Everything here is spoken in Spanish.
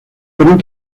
fueron